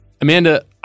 Amanda